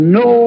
no